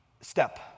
step